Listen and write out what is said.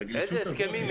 איזה הסכמים?